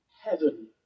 heaven